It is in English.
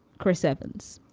chris evans,